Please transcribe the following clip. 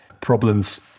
problems